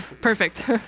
perfect